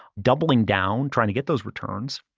doubling down trying to get those returns,